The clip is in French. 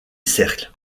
cercle